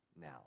now